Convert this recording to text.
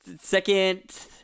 second